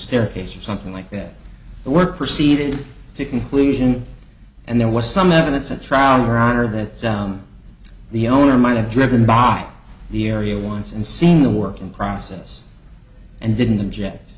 staircase or something like that the work proceeded to conclusion and there was some evidence at trial or honor that down the owner might have driven by the area once and seen the work in process and didn't object